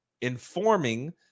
informing